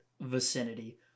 vicinity